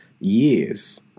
years